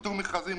איתור מכרזים,